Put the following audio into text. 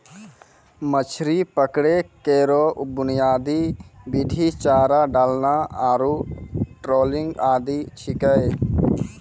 मछरी पकड़ै केरो बुनियादी विधि चारा डालना आरु ट्रॉलिंग आदि छिकै